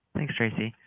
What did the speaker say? thanks, tracey.